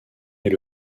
est